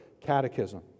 Catechism